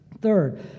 Third